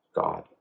God